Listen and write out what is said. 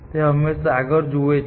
તે હંમેશાં આગળ જુએ છે